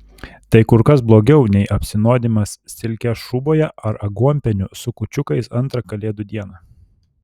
tai kur kas blogiau nei apsinuodijimas silke šūboje ar aguonpieniu su kūčiukais antrą kalėdų dieną